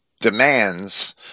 demands